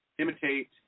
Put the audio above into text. imitate